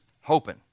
hoping